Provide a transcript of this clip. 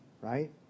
right